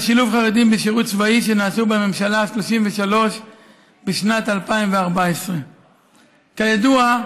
שילוב חרדים בשירות צבאי שנעשו בממשלה ה-33 בשנת 2014. כידוע,